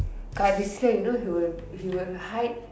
ah you see I know he will he will hide